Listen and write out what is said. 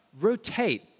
rotate